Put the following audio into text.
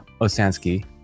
Osansky